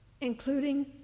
including